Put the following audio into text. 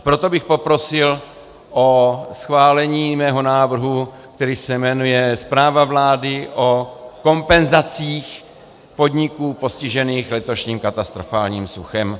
Proto bych poprosil o schválení svého návrhu, který se jmenuje Zpráva vlády o kompenzacích podnikům postiženým letošním katastrofálním suchem.